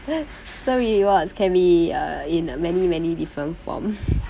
so rewards can be uh in many many different form